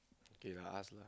can go ask lah